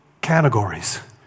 categories